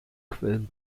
quellen